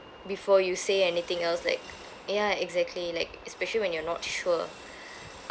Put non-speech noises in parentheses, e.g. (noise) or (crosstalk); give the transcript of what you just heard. before you say anything else like ya exactly like especially when you're not sure (breath)